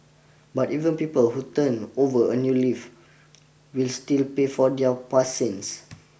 but even people who turn over a new leaf will still pay for their past sins